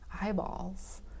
eyeballs